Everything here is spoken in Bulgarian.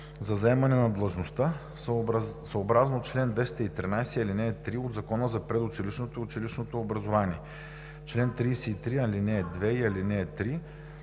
за заемане на длъжността, съобразно чл. 213, ал. 3 от Закона за предучилищното и училищното образование, чл. 33, ал. 2 и ал. 3